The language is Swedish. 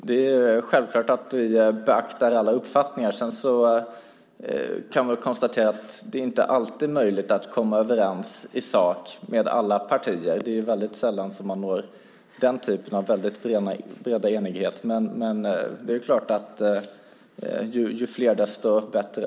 Herr talman! Självklart beaktar vi alla uppfattningar. Sedan är det kanske inte möjligt att komma överens i sak med alla partier. Det är ju väldigt sällan som man når den typen av bred enighet. Men, det är klart: Ju fler desto bättre.